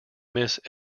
miss